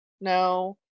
No